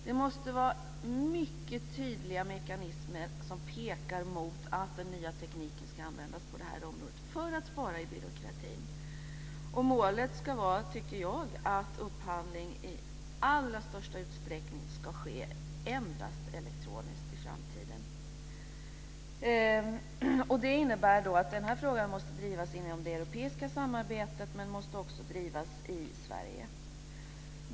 Det måste vara mycket tydliga mekanismer som pekar mot att den nya tekniken ska användas på det här området för att spara i byråkratin. Målet tycker jag ska vara att upphandling i allra största utsträckning ska ske endast elektroniskt i framtiden. Det innebär att den här frågan måste drivas inom det europeiska samarbetet men också i Sverige.